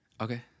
Okay